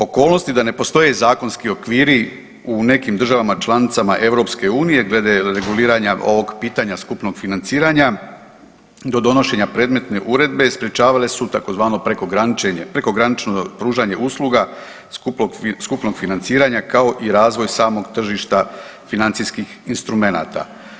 Okolnosti da ne postoje zakonski okviri u nekim državama članicama EU glede reguliranja ovog pitanja skupnog financiranja do donošenja predmetne uredbe, sprječavale su tzv. prekogranično pružanje usluga skupnog financiranja, kao i razvoj samog tržišta financijskih instrumenata.